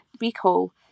recall